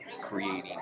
creating